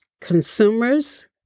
Consumers